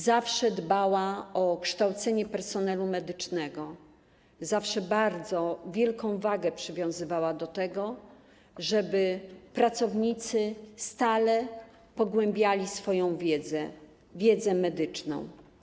Zawsze dbała o kształcenie personelu medycznego, zawsze bardzo wielką wagę przywiązywała do tego, żeby pracownicy stale pogłębiali swoją wiedzę medyczną.